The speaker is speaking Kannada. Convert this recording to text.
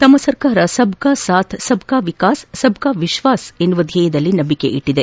ತಮ್ನ ಸರ್ಕಾರ ಸಬ್ ಕಾ ಸಾತ್ ಸಬ್ ಕಾ ಎಕಾಸ್ ಸಬ್ ಕಾ ವಿಶ್ವಾಸ್ ಎನ್ನುವ ಧ್ಯೇಯದಲ್ಲಿ ನಂಬಿಕೆ ಇರಿಸಿದೆ